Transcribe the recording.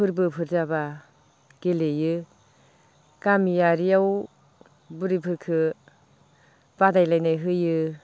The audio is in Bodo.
फोरबोफोर जाब्ला गेलेयो गामियारियाव बुरिफोरखो बादायलायनाय होयो